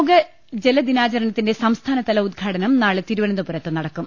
ലോക ജലദിനാചരണത്തിന്റെ സംസ്ഥാനതല ഉദ്ഘാടനം നാളെ തിരുവനന്തപുരത്ത് നടക്കും